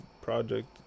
project